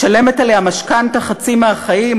משלמת עליה משכנתה חצי מהחיים,